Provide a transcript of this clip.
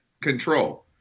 control